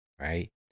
right